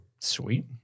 Sweet